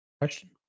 Question